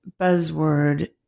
buzzword